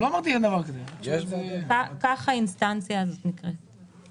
כך האינסטנציה הזאת נקראת.